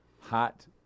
hot